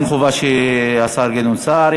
אין חובה שהשר גדעון סער.